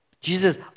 Jesus